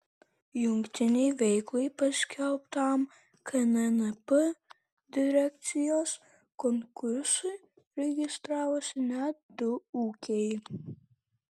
jungtinei veiklai paskelbtam knnp direkcijos konkursui registravosi net du ūkiai